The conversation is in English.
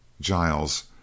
Giles